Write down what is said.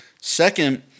Second